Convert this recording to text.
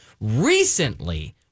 recently